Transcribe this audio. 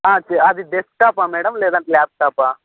అది డెస్క్టాపా మేడం లేదంటే ల్యాప్టాపా